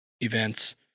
events